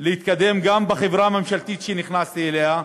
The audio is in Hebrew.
להתקדם גם בחברה הממשלתית שנכנסתי אליה,